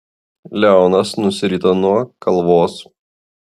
leonas nusirito nuo kalvos